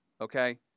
okay